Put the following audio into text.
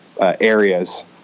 areas